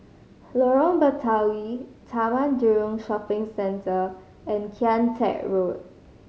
Lorong Batawi Taman Jurong Shopping Centre and Kian Teck Road